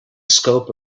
scope